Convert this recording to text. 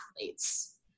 athletes